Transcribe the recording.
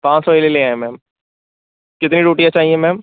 पाँच सौ वाली ले आए मैंम कितनी टोॉटियाँ चाहिए मैंम